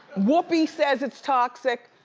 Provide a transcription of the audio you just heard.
whoopi says it's toxic.